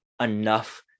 enough